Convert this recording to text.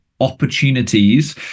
opportunities